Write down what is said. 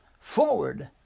forward